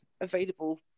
available